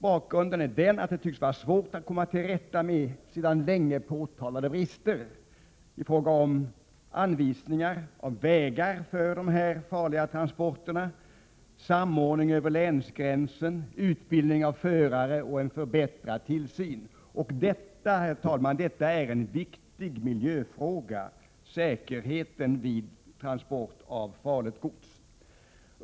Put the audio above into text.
Bakgrunden är att det tycks vara svårt att komma till rätta med sedan länge påtalade brister i fråga om anvisning av vägar för dessa farliga transporter, samordning över länsgränserna, utbildning av förare och förbättrad tillsyn. Detta, herr talman, är en viktig miljöfråga — säkerheten vid transport av farligt gods.